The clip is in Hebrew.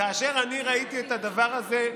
כאשר אני ראיתי את הדבר הזה,